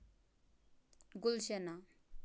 گُلشَنا